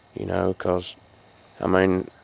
you know, because i mean,